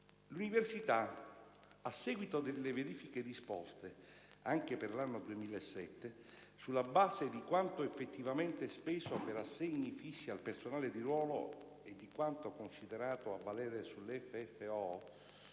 Basilicata, a seguito delle verifiche disposte, anche per l'anno 2007, sulla base di quanto effettivamente speso per assegni fissi al personale di ruolo e di quanto considerato a valere sull'FFO,